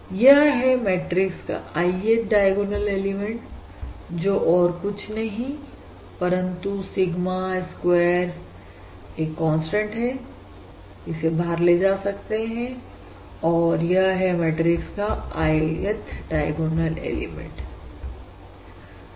यह है मैट्रिक्स का Ith डायगोनल एलिमेंट् जो और कुछ नहीं परंतु सिग्मा स्क्वायर एक कांस्टेंट है इसे बाहर ले जा सकते हैं और यह है मैट्रिक्स का Ith डायगोनल एलिमेंट्